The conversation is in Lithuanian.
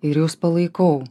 ir jus palaikau